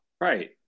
Right